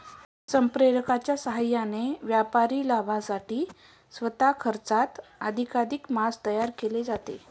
संप्रेरकांच्या साहाय्याने व्यापारी लाभासाठी स्वस्त खर्चात अधिकाधिक मांस तयार केले जाते